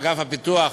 אגף הפיתוח,